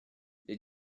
les